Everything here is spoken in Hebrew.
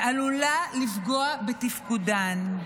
שעלולה לפגוע בתפקודן.